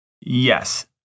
Yes